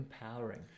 empowering